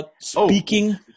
Speaking